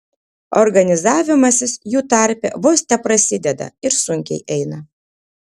organizavimasis jų tarpe vos teprasideda ir sunkiai eina